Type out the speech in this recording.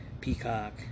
Peacock